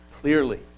clearly